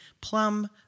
Plum